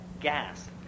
gas